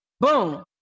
boom